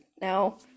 now